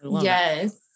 Yes